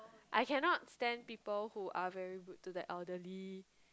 I cannot stand people who are very rude to the elderly